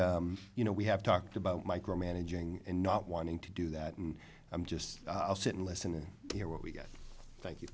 that you know we have talked about micromanaging and not wanting to do that and i'm just i'll sit and listen and hear what we get